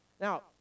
Now